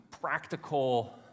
practical